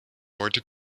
heute